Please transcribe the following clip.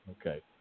Okay